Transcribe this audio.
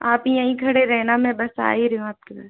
आप यहीं खड़े रहना मैं बस आ ही रही हूँ आप के उधर